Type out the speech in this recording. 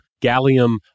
gallium